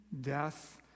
death